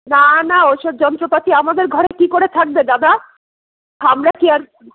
না না ওসব যন্ত্রপাতি আমাদের ঘরে কি করে থাকবে দাদা আমরা কি আর